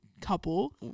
couple